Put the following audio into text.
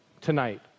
tonight